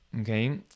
okay